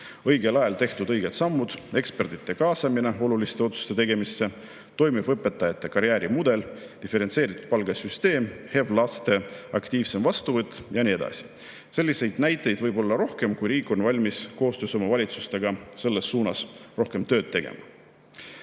Õigel ajal tehtud õiged sammud, ekspertide kaasamine oluliste otsuste tegemisse, toimiv õpetajate karjäärimudel, diferentseeritud palgasüsteem, HEV laste aktiivsem vastuvõtt ja nii edasi. Selliseid näiteid võiks olla rohkem, kui riik oleks valmis koostöös omavalitsustega selles suunas rohkem tööd tegema.